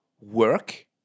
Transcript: work